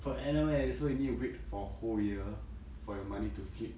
per annum eh so you need to wait for a whole year for your money to flip